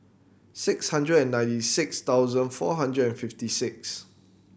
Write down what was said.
six hundred and ninety six thousand four hundred and fifty six